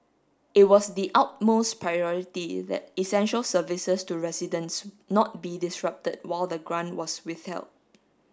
it was the utmost priority that essential services to residents not be disrupted while the grant was withheld